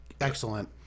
Excellent